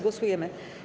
Głosujemy.